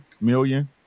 million